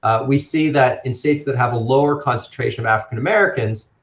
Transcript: we see that in states that have a lower concentration of african americans,